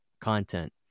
content